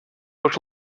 coach